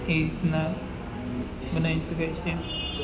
એ રીતના બનાવી શકાય છે